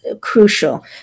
crucial